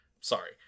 Sorry